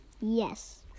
Yes